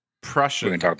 Prussian